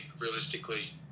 realistically